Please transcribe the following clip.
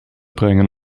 brengen